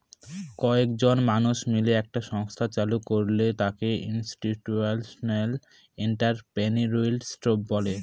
কয়েকজন মানুষ মিলে একটা সংস্থা চালু করলে তাকে ইনস্টিটিউশনাল এন্ট্রিপ্রেনিউরশিপ বলে